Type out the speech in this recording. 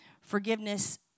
Forgiveness